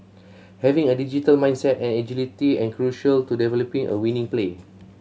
having a digital mindset and agility are crucial to developing a winning play